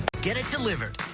get it delivered.